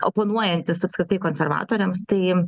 oponuojantis apskritai konservatoriams tai